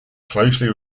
closely